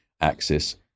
axis